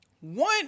One